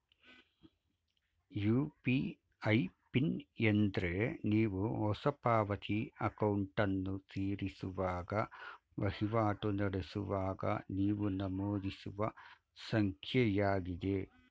UPI PIN ಎಂದ್ರೆ ನೀವು ಹೊಸ ಪಾವತಿ ಅಕೌಂಟನ್ನು ಸೇರಿಸುವಾಗ ವಹಿವಾಟು ನಡೆಸುವಾಗ ನೀವು ನಮೂದಿಸುವ ಸಂಖ್ಯೆಯಾಗಿದೆ